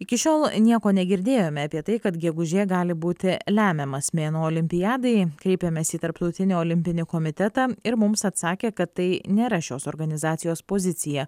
iki šiol nieko negirdėjome apie tai kad gegužė gali būti lemiamas mėnuo olimpiadai kreipėmės į tarptautinį olimpinį komitetą ir mums atsakė kad tai nėra šios organizacijos pozicija